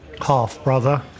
half-brother